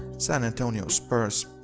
san antonio spurs.